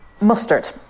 Mustard